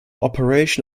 operation